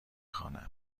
خوانم